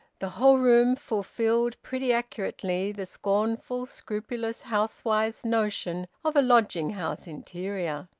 the whole room fulfilled pretty accurately the scornful scrupulous housewife's notion of a lodging-house interior.